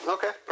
Okay